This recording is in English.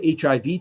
hiv